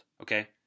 Okay